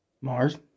Mars